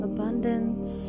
abundance